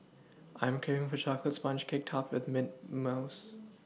I'm craving for a chocolate sponge cake topped with mint mousse